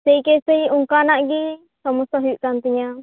ᱥᱮᱭ ᱠᱮ ᱥᱮᱭ ᱚᱱᱠᱟᱱᱜ ᱜᱮ ᱥᱚᱢᱚᱥᱥᱟ ᱦᱩᱭᱩᱜ ᱠᱟᱱ ᱛᱤᱧᱟᱹ